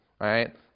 Right